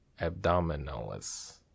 abdominalis